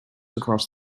across